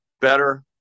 better